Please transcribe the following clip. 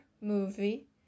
movie